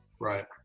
Right